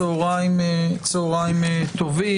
צוהריים טובים,